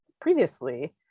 previously